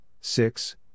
six